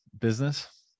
business